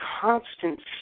constant